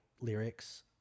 lyrics